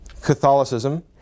Catholicism